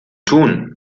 tun